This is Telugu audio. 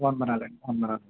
వందనాలండి వందనాలు